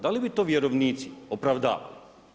Da li vi to vjerovnici opravdava?